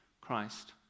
Christ